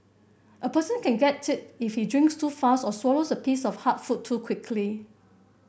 a person can get it if he drinks too fast or swallows a piece of hard food too quickly